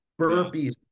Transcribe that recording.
Burpees